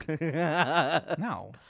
No